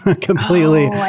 completely